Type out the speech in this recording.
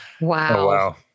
wow